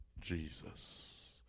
Jesus